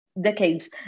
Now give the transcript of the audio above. decades